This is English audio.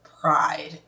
pride